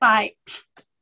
Bye